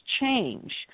change